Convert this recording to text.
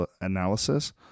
analysis